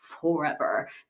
forever